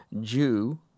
Jew